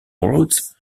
rhodes